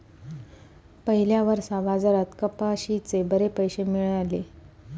पयल्या वर्सा बाजारात कपाशीचे बरे पैशे मेळलले